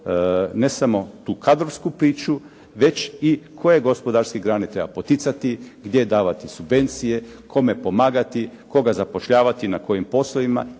ne samo tu kadrovsku priču, već i koje gospodarske grane treba poticati, gdje davati subvencije, kome pomagati, koga zapošljavati na kojim poslovima